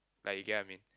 like you get what I mean